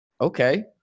okay